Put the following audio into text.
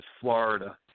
Florida